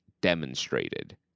demonstrated